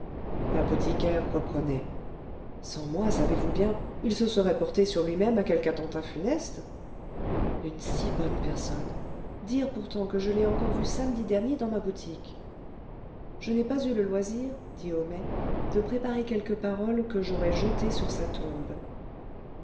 l'apothicaire reprenait sans moi savez-vous bien il se serait porté sur lui-même à quelque attentat funeste une si bonne personne dire pourtant que je l'ai encore vue samedi dernier dans ma boutique je n'ai pas eu le loisir dit homais de préparer quelques paroles que j'aurais jetées sur sa tombe